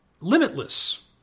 Limitless